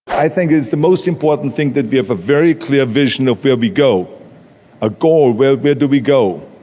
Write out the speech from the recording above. i think it's the most important thing that we have a very clear vision of where we go a goal, where where do we go?